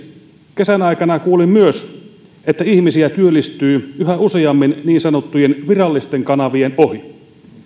kesän aikana kuulin myös että ihmisiä työllistyy yhä useammin niin sanottujen virallisten kanavien ohi